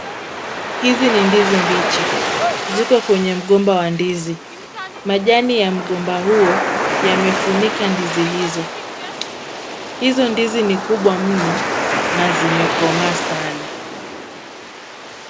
Hizi ni ndizi mbichi. Ziko kwenye mgomba wa ndizi. Majani ya mgomba huo yamefunika ndizi hizo. Hizo ndizi ni kubwa mno na zimekomaa sana.